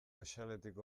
axaletik